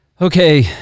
okay